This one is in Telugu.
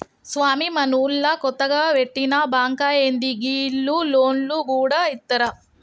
స్వామీ, మనూళ్ల కొత్తగ వెట్టిన బాంకా ఏంది, గీళ్లు లోన్లు గూడ ఇత్తరా